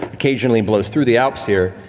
occasionally blows through the alps here.